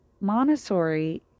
Montessori